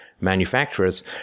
manufacturers